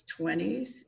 20s